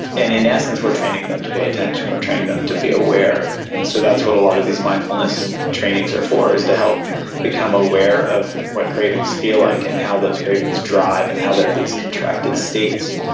and in essence we are training them to pay attention, we are training them to be aware, and so that's what a lot of these mindfulness trainings are for, is to help become aware of what cravings feel like and how those cravings drive and how they are these contracted states.